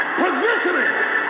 positioning